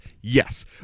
Yes